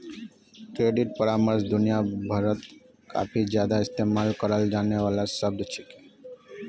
credit परामर्श दुनिया भरत काफी ज्यादा इस्तेमाल कराल जाने वाला शब्द छिके